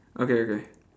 okay okay